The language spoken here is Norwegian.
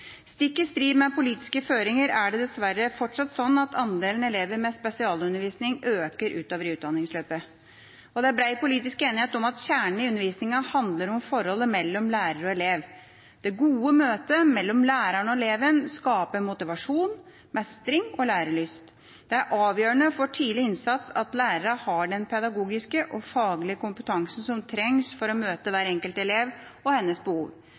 Stikk i strid med politiske føringer er det dessverre fortsatt slik at andelen elever med spesialundervisning øker utover i utdanningsløpet. Det er bred politisk enighet om at kjernen i undervisninga handler om forholdet mellom lærer og elev. Det gode møtet mellom læreren og eleven skaper motivasjon, mestring og lærelyst. Det er avgjørende for tidlig innsats at lærerne har den pedagogiske og faglige kompetansen som trengs for å møte hver enkelt elev og hennes behov.